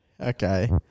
Okay